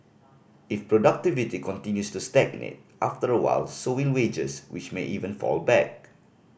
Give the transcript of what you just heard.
if productivity continues to stagnate after a while so will wages which may even fall back